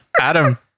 Adam